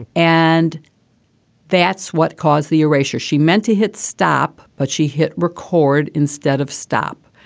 and that's what caused the ratio she meant to hit stop, but she hit record instead of stop.